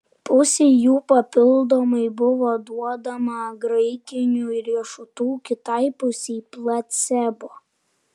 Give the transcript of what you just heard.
pusei jų papildomai buvo duodama graikinių riešutų kitai pusei placebo